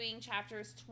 chapters